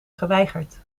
geweigerd